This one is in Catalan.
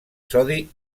sodi